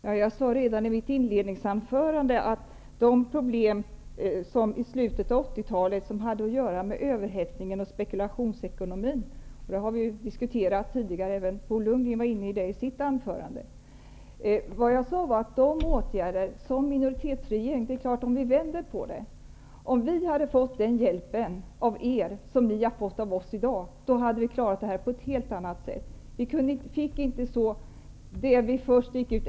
Fru talman! Jag tog redan i mitt inledningsanförande upp de problem som uppstod i slutet av 80-talet och hade sin grund i överhettningen och spekulationsekonomin. Detta har vi diskuterat tidigare. Även Bo Lundgren var inne på det i sitt anförande. Om vi hade fått den hjälp av er som ni har fått av oss i dag, skulle vi ha kunnat klara av att lösa problemen på ett helt annat sätt.